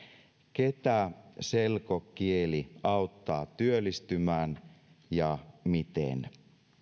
ketä selkokieli auttaa työllistymään ja miten